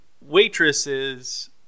waitresses